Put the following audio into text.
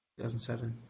2007